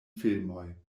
filmoj